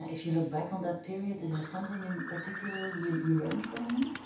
if you look back on that period is there something in particularly you you learned from him?